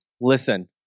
listen